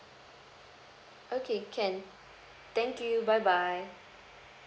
okay can thank you bye bye